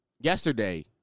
yesterday